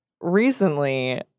Recently